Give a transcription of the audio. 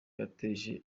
yateje